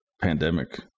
pandemic